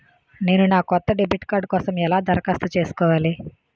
నేను నా కొత్త డెబిట్ కార్డ్ కోసం ఎలా దరఖాస్తు చేసుకోవాలి?